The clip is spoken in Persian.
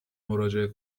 مراجعه